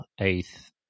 eighth